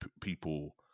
people